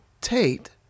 Tate